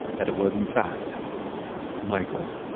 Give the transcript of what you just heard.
that it was in fact michael